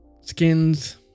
skins